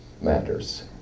matters